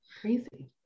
Crazy